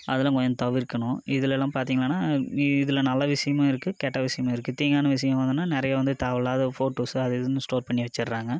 அதெல்லாம் தவிர்க்கணும் இதுலலாம் பாத்திங்கனா இதில் நல்ல விஷயமும் இருக்கு கெட்ட விஷயமும் இருக்கு தீங்கான விஷயம் எதுனா நிறையா வந்து தேவையில்லாத ஃபோட்டோஸு அது இதுன்னு ஸ்டோர் பண்ணி வெச்சிடுறாங்க